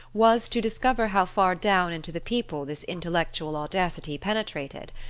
was to discover how far down into the people this intellectual audacity penetrated,